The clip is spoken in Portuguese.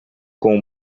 com